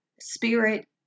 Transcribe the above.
spirit